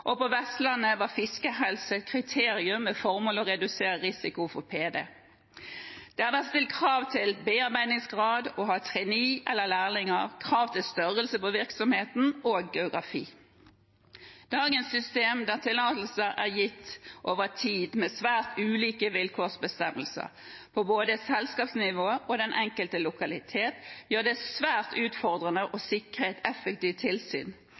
og på Vestlandet var fiskehelse et kriterium med formål å redusere risiko for PD. Det har vært stilt krav til bearbeidingsgrad, krav om å ha trainee eller lærlinger, krav til størrelse på virksomheten og geografi. Dagens system der tillatelser er gitt over tid med svært ulike vilkårsbestemmelser på både selskapsnivå og den enkelte lokalitet, gjør det svært utfordrende å sikre et effektivt tilsyn.